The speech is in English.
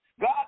God